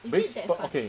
which what okay